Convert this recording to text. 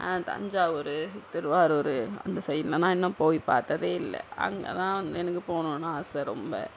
தஞ்சாவூர் திருவாரூர் அந்த சைடுலாம் நான் இன்னும் போய் பார்த்ததே இல்லை அங்கலாம் எனக்கு போகணும்னு ஆசை ரொம்ப